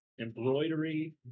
embroidery